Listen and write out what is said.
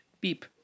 beep